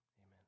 Amen